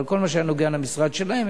אבל כל מה שהיה נוגע במשרד שלהם,